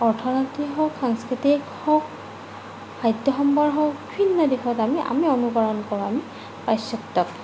অৰ্থনৈতিক হওক সাংস্কৃতিক হওক খাদ্যসম্ভাৰ হওক বিভিন্ন দিশত আমি আমি অনুকৰণ কৰোঁ আমি পাশ্চাত্যক